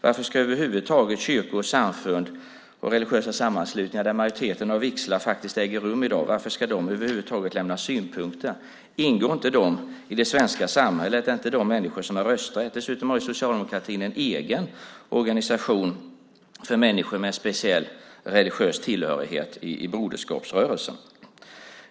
Varför ska kyrkor, samfund och religiösa sammanslutningar, där majoriteten av vigslar äger rum i dag, över huvud taget lämna synpunkter? Ingår inte de i det svenska samhället? Är det inte människor som har rösträtt? Dessutom har socialdemokratin en egen organisation för människor med en speciell religiös tillhörighet i Broderskapsrörelsen.